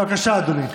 בבקשה, אדוני.